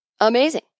amazing